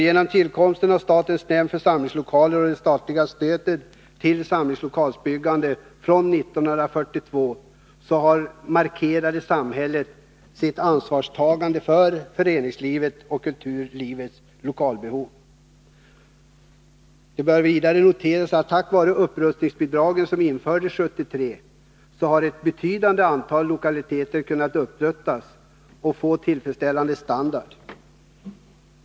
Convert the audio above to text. Genom tillkomsten av statens nämnd för samlingslokaler och det statliga stödet till samlingslokalbyggandet från 1942 markerade samhället sitt ansvarstagande för föreningslivets och kulturlivets lokalbehov. Det bör vidare noteras att tack vare det upprustningsbidrag som infördes 1973 har ett betydande antal lokaliteter kunnat upprustas och få en tillfredsställande standard.